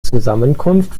zusammenkunft